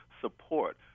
support